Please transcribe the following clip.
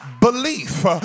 belief